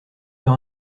leur